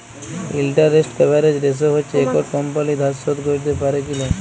interest coverage ratio হচ্যে একট company ধার শোধ ক্যরতে প্যারে কি লায়